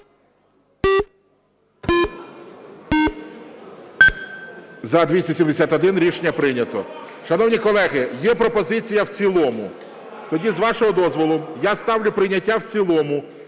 За-271 Рішення прийнято. Шановні колеги, є пропозиція в цілому. Тоді, з вашого дозволу, я ставлю прийняття в цілому